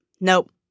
nope